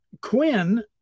Quinn